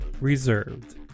reserved